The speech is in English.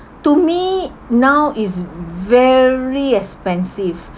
to me now is very expensive